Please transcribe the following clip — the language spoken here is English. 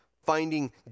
Finding